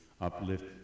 uplift